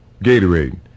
Gatorade